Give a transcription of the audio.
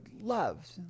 loved